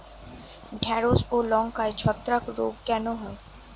ঢ্যেড়স ও লঙ্কায় ছত্রাক রোগ কেন হয়?